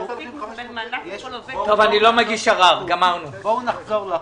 בואו נחזור לחוק.